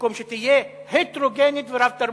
במקום שתהיה הטרוגנית ורב-תרבותית,